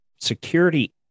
security